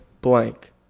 blank